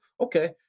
okay